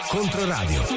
Controradio